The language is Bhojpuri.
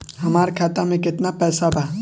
हमार खाता मे केतना पैसा बा?